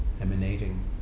emanating